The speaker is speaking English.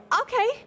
okay